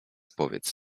powiedz